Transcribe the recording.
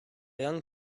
young